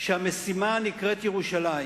שהמשימה הנקראת ירושלים